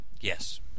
Yes